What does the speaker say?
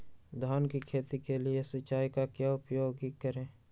धान की खेती के लिए सिंचाई का क्या उपयोग करें?